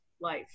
life